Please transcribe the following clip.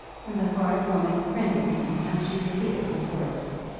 and the horrid woman grinned at him as she repeated his words.